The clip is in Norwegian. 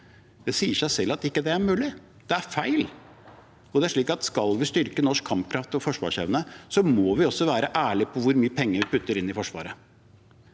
Det sier seg selv at det ikke er mulig. Det er feil. Skal vi styrke norsk kampkraft og forsvarsevne, må vi også være ærlige på hvor mye penger vi putter inn i Forsvaret.